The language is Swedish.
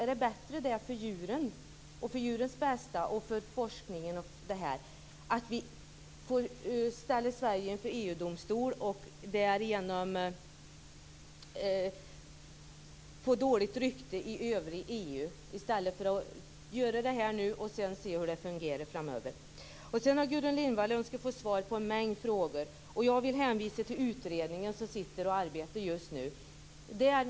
Är det bättre för djuren, för djurens bästa och för forskningen, att vi ställer Sverige inför EU-domstol och därigenom får dåligt rykte i EU i stället för att göra det här nu och sedan se hur det fungerar framöver? Sedan finns det en mängd frågor som Gudrun Lindvall önskar få svar på. Jag vill hänvisa till den utredning som sitter och arbetar just nu.